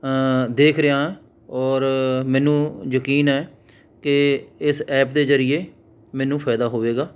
ਦੇਖ ਰਿਹਾਂ ਔਰ ਮੈਨੂੰ ਯਕੀਨ ਹੈ ਕਿ ਇਸ ਐਪ ਦੇ ਜ਼ਰੀਏ ਮੈਨੂੰ ਫਾਇਦਾ ਹੋਵੇਗਾ